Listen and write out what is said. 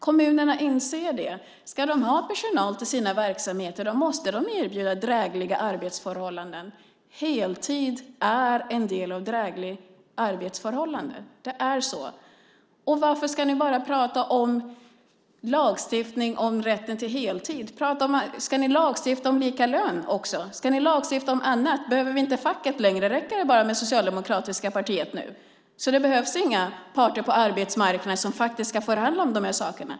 Kommunerna inser att om de ska ha personal till sina verksamheter måste de erbjuda drägliga arbetsförhållanden. Heltid är en del av det som kan kallas drägliga arbetsförhållanden. Det är så. Varför ska ni bara prata om lagstiftning om rätten till heltid? Ska ni också lagstifta om lika lön? Ska ni lagstifta om annat? Behöver vi inte facket längre? Räcker det med bara det socialdemokratiska partiet nu? Behövs det inga parter på arbetsmarknaden som ska förhandla om dessa saker?